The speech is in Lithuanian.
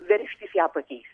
veržtis ją pakeist